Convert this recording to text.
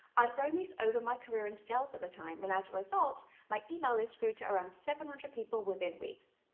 i had grown these over my career in sales at the time, and as a result my email list grew to around seven hundred people within weeks.